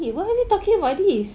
eh why are we talking about this